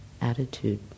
attitude